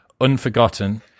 Unforgotten